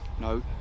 No